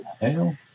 hell